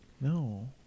No